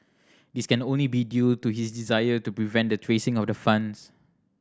this can only be due to his desire to prevent the tracing of the funds